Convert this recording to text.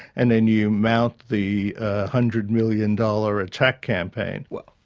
and then you mouth the hundred million dollar attack campaign. well,